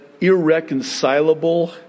irreconcilable